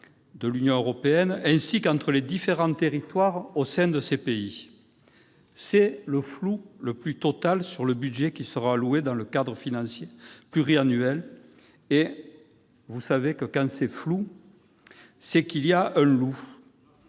de l'Union européenne, ainsi qu'entre les différents territoires au sein de ces pays. Or le flou le plus total règne sur le budget qui sera alloué dans le cadre financier pluriannuel ; et vous le savez, quand c'est flou, c'est qu'il y a un loup